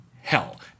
hell